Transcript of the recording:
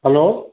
hello